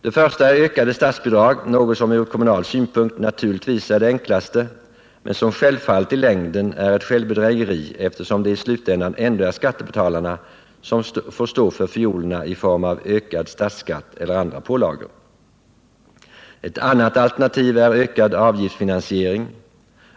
Det första är ökade statsbidrag, något som från kommunal synpunkt naturligtvis är det enklaste men som i längden självfallet är ett självbedrägeri, eftersom det i slutändan ändå är skattebetalarna som får stå för fiolerna i form av ökad statsskatt eller andra pålagor. Ett annat alternativ är en ökning av avgiftsfinansieringen.